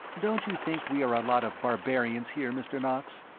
don't you think we are a lot of barbarians here, mr. knox?